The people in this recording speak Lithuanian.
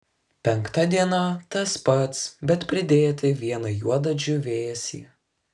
penkta diena tas pats bet pridėti vieną juodą džiūvėsį